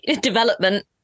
development